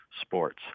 sports